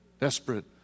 Desperate